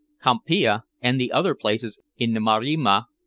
campiglia, and the other places in the maremma,